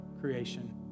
creation